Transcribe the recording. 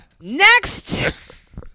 next